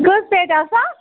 کٔژ پیٚٹہِ آسو